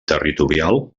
territorial